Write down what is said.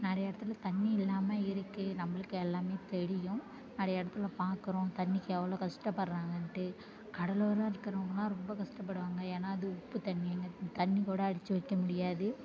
நிறையா இடத்துல தண்ணி இல்லாமல் இருக்குது நம்மளுக்கு எல்லாமே தெரியும் நிறையா இடத்துல பார்க்குறோம் தண்ணிக்கு எவ்வளோ கஷ்டப்படுறாங்கன்ட்டு கடலோரம் இருக்கிறவங்ளாம் ரொம்ப கஷ்டப்படுவாங்க ஏன்னால் அது உப்பு தண்ணின்னு தண்ணி கூட அடைச்சு வைக்க முடியாது